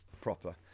proper